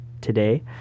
today